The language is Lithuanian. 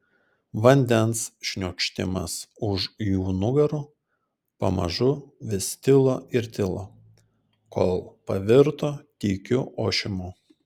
vandens šniokštimas už jų nugarų pamažu vis tilo ir tilo kol pavirto tykiu ošimu